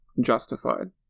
justified